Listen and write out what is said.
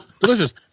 delicious